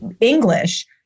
English